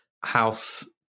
house